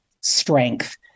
strength